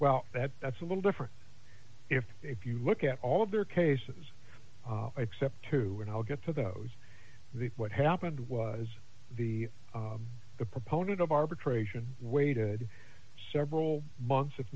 well that that's a little different if if you look at all of their cases except who and i'll get to those the what happened was the the proponent of arbitration waited several months if